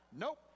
Nope